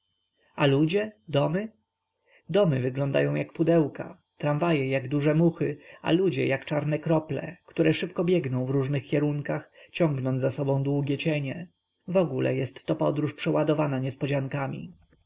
a ludzie domy domy wyglądają jak pudełka tramwaje jak duże muchy a ludzie jak czarne krople które szybko biegną w różnych kierunkach ciągnąc za sobą długie cienie w ogóle jestto podróż przeładowana niespodziankami